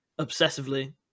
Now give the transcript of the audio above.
obsessively